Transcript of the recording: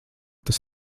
tas